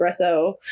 espresso